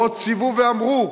ועוד ציוו ואמרו: